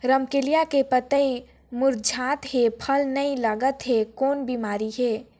रमकलिया के पतई मुरझात हे फल नी लागत हे कौन बिमारी हे?